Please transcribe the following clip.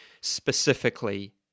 specifically